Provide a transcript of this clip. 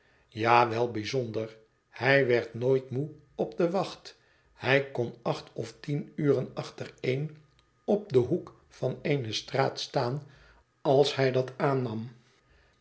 ja wel bijzonder hij werd nooit moe op de wacht hij kon acht of tien uren achtereen op den hoek van eene straat staan als hij dat aannam